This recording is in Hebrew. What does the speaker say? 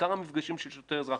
עיקר המפגשים של שוטר-אזרח,